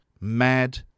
Mad